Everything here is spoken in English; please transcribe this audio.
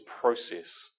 process